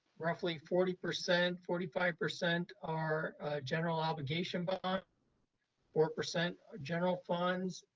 roughly forty percent, forty five percent are general obligation, but four percent are general funds,